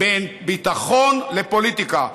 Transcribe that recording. בין ביטחון לפוליטיקה.